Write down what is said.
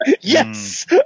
Yes